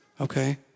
okay